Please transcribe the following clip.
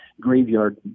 graveyard